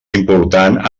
important